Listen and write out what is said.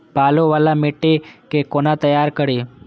बालू वाला मिट्टी के कोना तैयार करी?